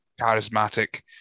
charismatic